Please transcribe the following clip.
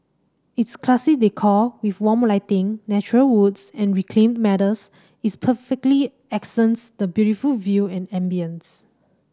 its classy decor with warm lighting natural woods and reclaimed metals is perfectly accents the beautiful view and ambience